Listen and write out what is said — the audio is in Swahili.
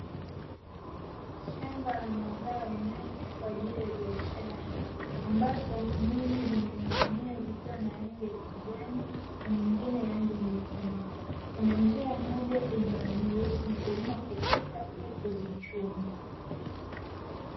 Shamba la mazao ya nyanya kwa ajili ya biashara ambapo, nyanya nyingi zimening'inia zikiwa na rangi ya kijani na nyingine rangi nyekundu, kuna njia moja inayoruhusu mkulima kupita ili kuzichuma.